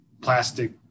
plastic